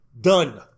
done